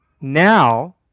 Now